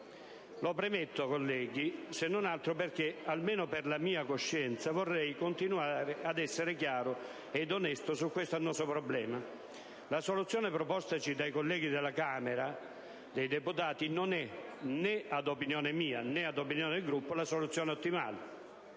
Lo premetto, colleghi, se non altro perché, almeno per la mia coscienza, vorrei continuare ad essere chiaro ed onesto su questo annoso problema. La soluzione propostaci dai colleghi della Camera dei deputati non è, né ad opinione mia, né del mio Gruppo, ottimale: